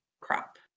crop